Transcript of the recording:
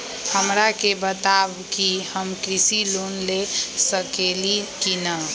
हमरा के बताव कि हम कृषि लोन ले सकेली की न?